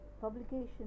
publication